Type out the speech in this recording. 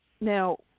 Now